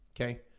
Okay